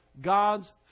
God's